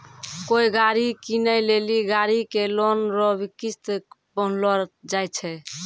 कोय गाड़ी कीनै लेली गाड़ी के लोन रो किस्त बान्हलो जाय छै